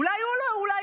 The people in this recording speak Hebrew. אולי הוא יענה.